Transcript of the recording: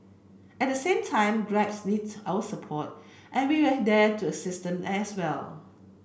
at the same time Grabs needs our support and we are there to assist them as well